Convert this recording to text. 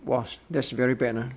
!wah! that's very bad uh